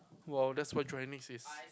!wow! that's what is